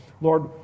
Lord